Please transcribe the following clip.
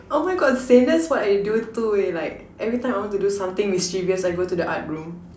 oh my god same that's what I do too in like every time I want to do something mischievous I go to the art room